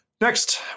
Next